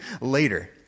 later